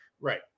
Right